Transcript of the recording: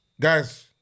guys